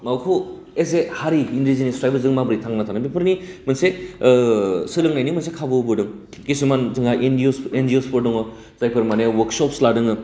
मावखु एस ए हारि जों निजे माबोरै थांना थानो बेफोरनि मोनसे ओ सोलोंनायनि मोनसे खाबु होबोदों किसुमान जोंहा एनजिअ्स एनजिअ्स फोर दङ जायफोर माने अवर्कसप्स लादोङो